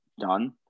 done